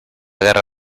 guerra